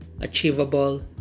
achievable